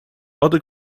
other